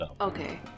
Okay